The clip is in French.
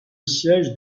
siège